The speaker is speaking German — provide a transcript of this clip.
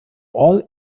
all